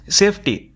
safety